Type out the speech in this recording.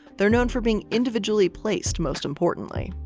they're known for being individually placed most importantly.